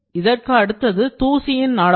இதற்கு அடுத்தது தூசியின் அளவு